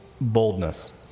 boldness